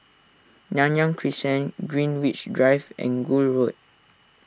Nanyang Crescent Greenwich Drive and Gul Road